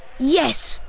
yes!